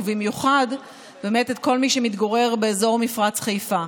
ובמיוחד את כל מי שמתגורר באזור מפרץ חיפה.